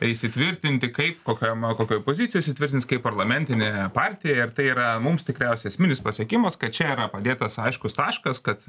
įsitvirtinti kaip kokioje kokioj pozicijoj įsitvirtins kaip parlamentinė partija ir tai yra mums tikriausiai esminis pasiekimas kad čia yra padėtas aiškus taškas kad